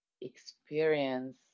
experience